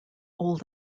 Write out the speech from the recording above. old